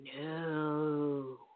no